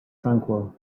tranquil